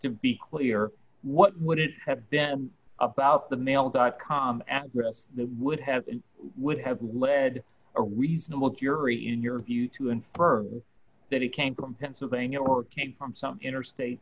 to be clear what would it have been about the mail dot com address that would have would have led a reasonable jury in your view to infer that he came from pennsylvania or came from some inner state